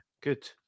good